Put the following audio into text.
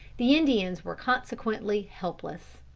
the indians were consequently helpless.